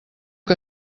que